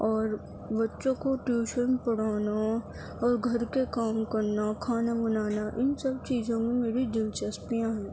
اور بچوں کو ٹیوشن پڑھانا اور گھر کے کام کرنا کھانا بنانا ان سب چیزوں میں میری دلچسپیاں ہیں